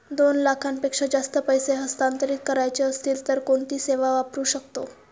दोन लाखांपेक्षा जास्त पैसे हस्तांतरित करायचे असतील तर कोणती सेवा वापरू शकतो?